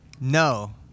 No